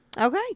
Okay